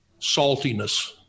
saltiness